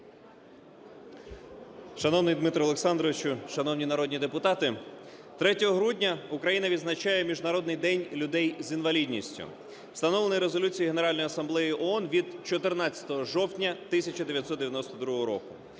Шановний Дмитро Олександрович, шановні народні депутати, 3 грудня Україна відзначає Міжнародний день людей з інвалідністю, встановлений Резолюцією Генеральної Асамблеї ООН від 14 жовтня 1992 року.